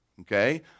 Okay